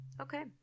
Okay